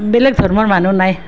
বেলেগ ধৰ্মৰ মানুহ নাই